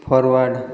forward